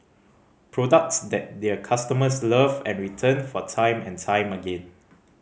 products that their customers love and return for time and time again